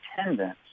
attendance